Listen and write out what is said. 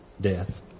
death